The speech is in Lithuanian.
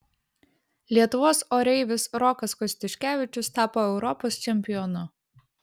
lietuvos oreivis rokas kostiuškevičius tapo europos čempionu